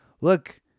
look